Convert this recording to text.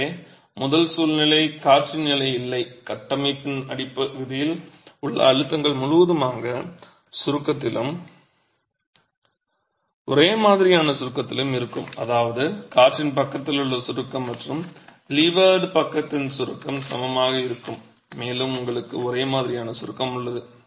எனவே முதல் சூழ்நிலை காற்றின் நிலை இல்லை கட்டமைப்பின் அடிப்பகுதியில் உள்ள அழுத்தங்கள் முழுவதுமாக சுருக்கத்திலும் ஒரே மாதிரியான சுருக்கத்திலும் இருக்கும் அதாவது காற்றின் பக்கத்திலுள்ள சுருக்கம் மற்றும் லீவர்ட் பக்கத்தின் சுருக்கம் சமமாக இருக்கும் மேலும் உங்களுக்கு ஒரே மாதிரியான சுருக்கம் உள்ளது